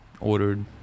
ordered